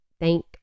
thank